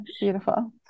beautiful